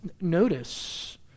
Notice